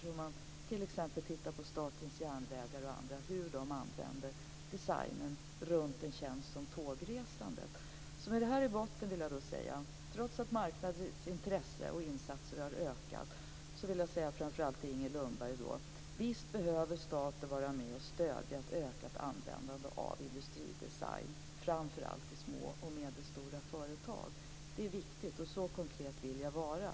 Man kan t.ex. titta på hur Statens järnvägar använder designen för en tjänst som tågresande. Med detta i botten vill jag säga framför allt till Inger Lundberg att trots att marknadens intresse och insatser har ökat så behöver staten vara med och stödja ett ökat användande av industridesign, framför allt i små och medelstora företag. Det är viktigt, och så konkret vill jag vara.